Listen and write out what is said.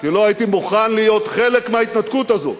כי לא הייתי מוכן להיות חלק מההתנתקות הזו.